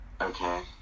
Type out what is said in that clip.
Okay